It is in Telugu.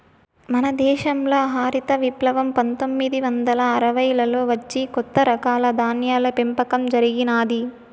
మన దేశంల హరిత విప్లవం పందొమ్మిది వందల అరవైలలో వచ్చి కొత్త రకాల ధాన్యాల పెంపకం జరిగినాది